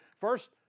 First